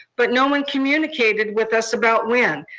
but no one communicated with us about when.